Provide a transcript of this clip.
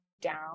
down